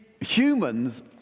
humans